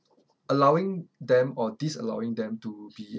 allowing them or disallowing them to be